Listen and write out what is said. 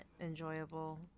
enjoyable